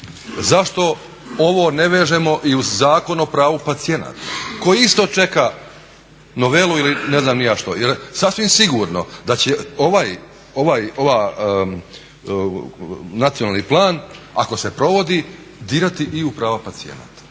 zašto ovo ne vežemo i uz Zakon o pravu pacijenata koji isto čeka novelu ili ne znam ni ja što jer sasvim sigurno da će ovaj nacionalni plan ako se provodi dirati i u pravo pacijenata,